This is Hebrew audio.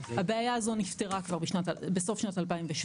הבעיה הזאת נפתרה כבר בסוף שנת 2017,